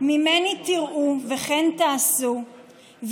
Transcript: "ממני תראו וכן תעשו,